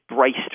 braced